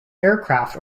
aircraft